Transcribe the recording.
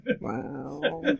Wow